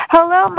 Hello